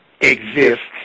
exists